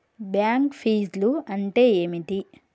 Bank ఫీజ్లు అంటే ఏమిటి?